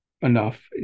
enough